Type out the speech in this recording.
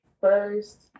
first